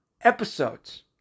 episodes